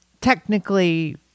technically